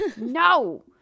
no